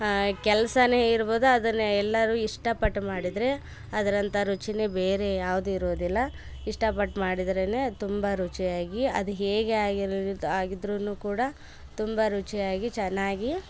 ಆ ಕೆಲಸನೇ ಇರ್ಬೋದು ಅದನ್ನ ಎಲ್ಲಾರು ಇಷ್ಟಪಟ್ಟು ಮಾಡಿದರೆ ಅದರಂಥಾ ರುಚೀನೇ ಬೇರೆ ಯಾವುದು ಇರೋದಿಲ್ಲ ಇಷ್ಟ ಪಟ್ಟು ಮಾಡಿದರೇನೆ ತುಂಬ ರುಚಿಯಾಗಿ ಅದು ಹೇಗೆ ಆಗಿದರೂನು ಕೂಡ ತುಂಬಾ ರುಚಿಯಾಗಿ ಚೆನ್ನಾಗಿ